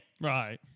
Right